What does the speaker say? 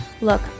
Look